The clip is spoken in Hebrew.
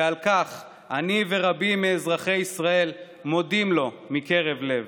ועל כך אני ורבים מאזרחי ישראל מודים לו מקרב לב.